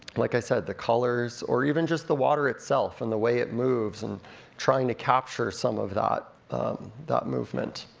like i said, the colors, or even just the water itself, and the way it moves, and trying to capture some of that that movement.